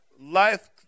life